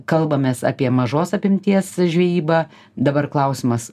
kalbamės apie mažos apimties žvejybą dabar klausimas